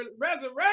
resurrection